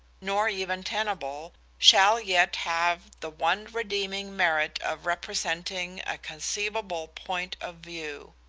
nor even tenable, shall yet have the one redeeming merit of representing a conceivable point of view.